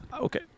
okay